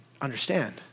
understand